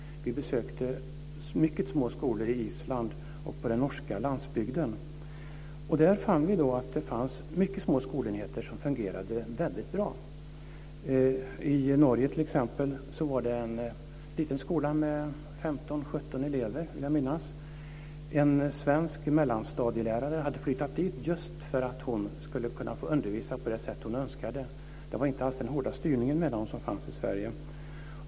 Vi besökte också mycket små skolor på Island och på den norska landsbygden. Vi fann då att det fanns mycket små skolenheter som fungerade väldigt bra. I Norge besökte vi en liten skola med 15-17 elever, vill jag minnas. En svensk mellanstadielärare hade flyttat dit just för att hon skulle kunna få undervisa på det sätt hon önskade. Det var inte alls den hårda styrning, menade hon, som fanns i Sverige.